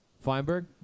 Feinberg